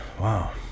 Wow